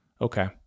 Okay